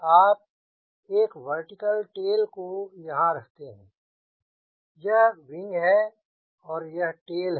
आप एक vertical tail को यहाँ रखते हैं यह विंग है और यह टेल है